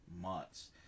months